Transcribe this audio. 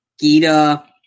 Gita